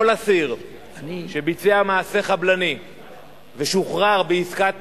כל אסיר שביצע מעשה חבלני ושוחרר בעסקת